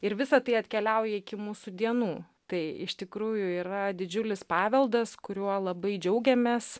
ir visa tai atkeliauja iki mūsų dienų tai iš tikrųjų yra didžiulis paveldas kuriuo labai džiaugiamės